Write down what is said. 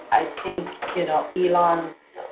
i think you know elon's